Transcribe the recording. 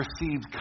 received